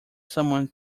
someone